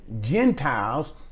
Gentiles